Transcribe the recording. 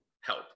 Help